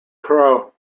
crow